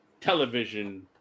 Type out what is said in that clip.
television